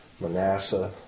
Manasseh